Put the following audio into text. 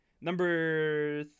number